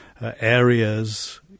areas